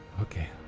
Okay